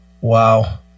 wow